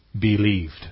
believed